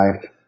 life